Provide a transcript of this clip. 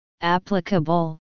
applicable